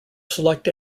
select